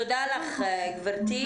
תודה לך גברתי.